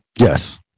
Yes